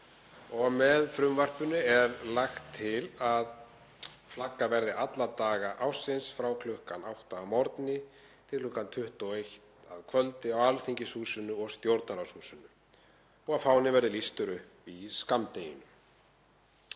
Með frumvarpinu er lagt til að flaggað verði alla daga ársins frá kl. 8 að morgni til kl. 21 að kvöldi á Alþingishúsinu og Stjórnarráðshúsinu og að fáninn verði lýstur upp í skammdeginu.